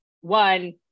one